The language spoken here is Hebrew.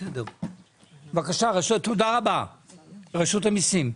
בבקשה רשות המיסים.